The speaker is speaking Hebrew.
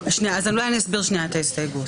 אולי אני אסביר את ההסתייגות.